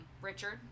Richard